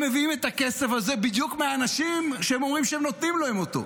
הם מביאים את הכסף הזה בדיוק מאנשים שהם אומרים שהם נותנים להם אותו,